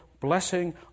blessing